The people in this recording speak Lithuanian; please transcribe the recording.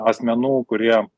asmenų kurie